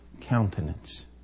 countenance